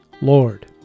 Lord